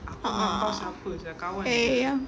a'ah a'ah ya ya ya